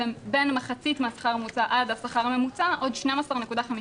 ובין מחצית מהשכר הממוצע עד השכר הממוצע עוד 12.55%,